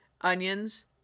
onions